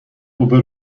اوبر